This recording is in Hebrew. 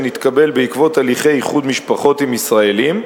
שנתקבל בעקבות הליכי איחוד משפחות עם ישראלים,